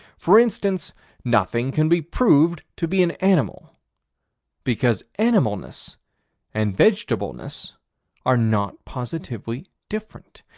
for instance nothing can be proved to be an animal because animalness and vegetableness are not positively different.